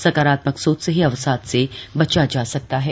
सकारात्मक सोच से ही अवसाद से बचा जा सकता है